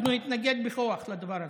אנחנו נתנגד בכוח לדבר הזה.